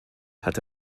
hatte